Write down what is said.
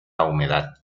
humedad